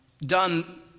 done